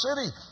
City